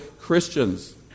Christians